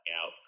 out